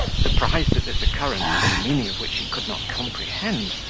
surprised at this occurrence, the meaning of which he could not comprehend,